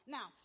Now